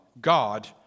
god